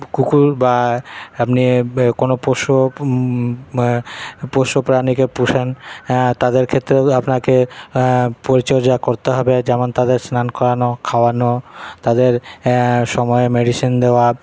কুকুর বা আপনি ব কোনও পশু বা পশুপ্রাণীকে পোষেন তাদের ক্ষেত্রেও আপনাকে পরিচর্যা করতে হবে যেমন তাদের স্নান করানো খাওয়ানো তাদের সময়ে মেডিসিন দেওয়া